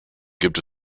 gibt